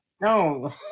No